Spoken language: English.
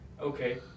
Okay